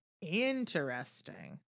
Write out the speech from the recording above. Interesting